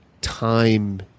time